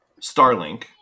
Starlink